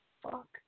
Fuck